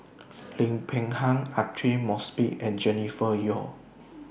Lim Peng Han Aidli Mosbit and Jennifer Yeo